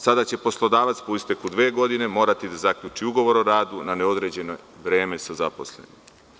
Sada će poslodavac po isteku dve godine morati da zaključi ugovor o radu na neodređeno vreme sa zaposlenim.